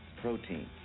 protein